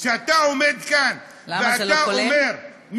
כשאתה עומד כאן ואומר, למה, זה לא כולל?